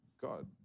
God